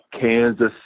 Kansas